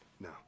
No